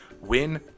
win